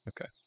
okay